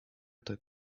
took